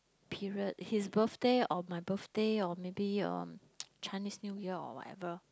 period his birthday or my birthday or maybe um Chinese New Year or whatever